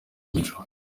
joe